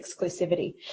exclusivity